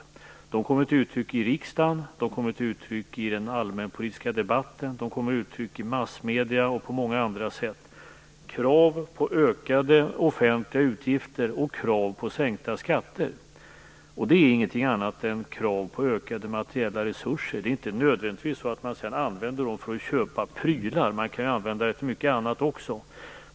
Dessa krav kommer till uttryck i riksdagen, i den allmänpolitiska debatten, i massmedier och på många andra sätt. Det är krav på ökade offentliga utgifter och sänkta skatter. Det är ingenting annat än krav på ökade materiella resurser. Det är inte nödvändigtvis så att man sedan använder dessa resurser för att köpa prylar. Man kan använda dem till mycket annat också.